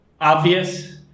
obvious